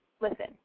Listen